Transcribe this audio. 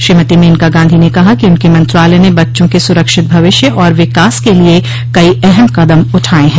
श्रीमती मेनका गांधी ने कहा कि उनके मंत्रालय ने बच्चों के सुरक्षित भविष्य और विकास के लिए कई अहम कदम उठाये हैं